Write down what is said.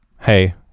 hey